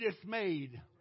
dismayed